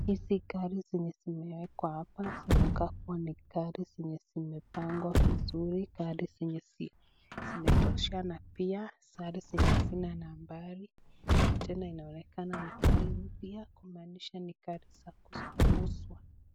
Hizi gari zenye zimewekwa hapa zinakaa kuwa ni gari zenye zimepangwa vizuri gari zenye zimetoshana gari zenye hazina nambari na tena inaonekana ni gari mpya kumaanisha ni gari za kuuzwa.